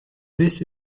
this